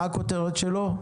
מה הכותרת שלו?